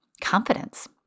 confidence